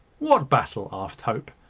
what battle? asked hope.